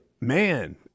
man